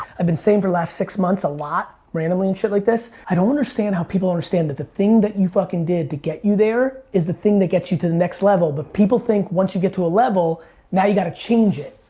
i've been saying for the last six months a lot, randomly and shit like this, i don't understand how people understand that the thing that you fucking did to get you there, is the thing that gets you to the next level. but people think once you get to a level now you got to change it.